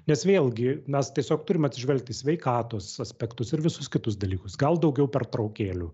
nes vėlgi mes tiesiog turim atsižvelgti į sveikatos aspektus ir visus kitus dalykus gal daugiau pertraukėlių